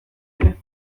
ere